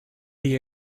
the